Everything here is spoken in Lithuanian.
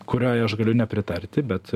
kuriai aš galiu nepritarti bet